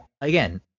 again